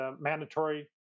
mandatory